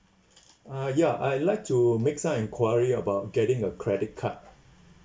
ah ya I like to make some enquiry about getting a credit card